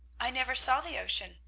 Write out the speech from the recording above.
i never saw the ocean,